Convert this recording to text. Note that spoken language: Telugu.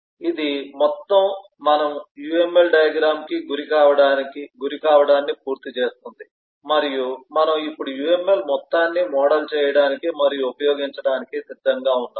ఇది మొత్తం మనము UML డయాగ్రమ్ కి గురికావడాన్ని పూర్తి చేస్తుంది మరియు మనము ఇప్పుడు UML మొత్తాన్ని మోడల్ చేయడానికి మరియు ఉపయోగించడానికి సిద్దంగా ఉన్నాము